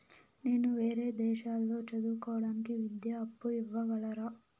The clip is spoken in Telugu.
నేను వేరే దేశాల్లో చదువు కోవడానికి విద్యా అప్పు ఇవ్వగలరా?